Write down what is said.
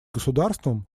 государствам